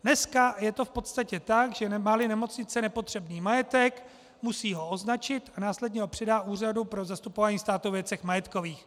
Dneska je to v podstatě tak, že máli nemocnice nepotřebný majetek, musí ho označit a následně ho předá Úřadu pro zastupování státu ve věcech majetkových.